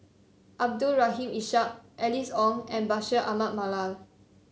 Abdul Rahim Ishak Alice Ong and Bashir Ahmad Mallal